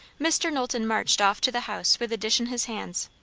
mr. knowlton marched off to the house with the dish in his hands.